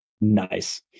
Nice